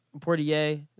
Portier